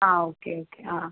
ആ okay okay ആ ആ